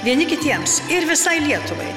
vieni kitiems ir visai lietuvai